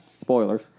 Spoilers